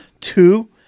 two